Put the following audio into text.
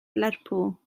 lerpwl